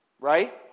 Right